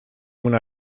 una